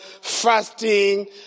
fasting